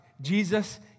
Jesus